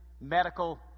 medical